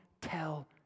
tell